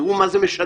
תראו מה זה משדר,